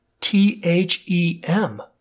T-H-E-M